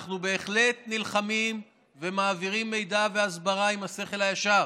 אנחנו בהחלט נלחמים ומעבירים מידע והסברה עם השכל הישר.